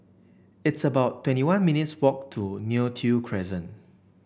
it's about twenty one minutes' walk to Neo Tiew Crescent